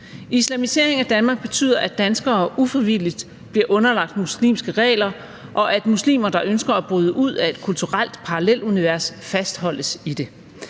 Islamiseringen af Danmark betyder, at danskere ufrivilligt bliver underlagt muslimske regler, og at muslimer, der ønsker at bryde ud af et kulturelt parallelunivers, fastholdes i det.